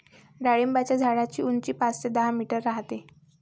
डाळिंबाच्या झाडाची उंची पाच ते दहा मीटर राहते